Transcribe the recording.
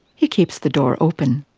he keeps the door open.